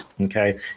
okay